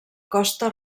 costa